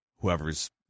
whoever's